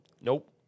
nope